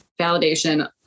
validation